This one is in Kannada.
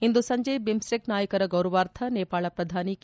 ಇಂದು ಸಂಜೆ ಬಿಮ್ಸ್ಟೆಕ್ ನಾಯಕರ ಗೌರವಾರ್ಥ ನೇಪಾಳ ಪ್ರಧಾನಿ ಕೆ